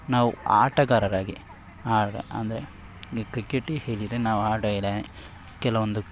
ನಾವು ಆಟಗಾರರಾಗಿ ಆಡಿ ಅಂದರೆ ಈ ಕ್ರಿಕೆಟೆ ಹೀಗಿದೆ ನಾವು ಆಡಿ ಕೆಲವೊಂದು